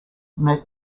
met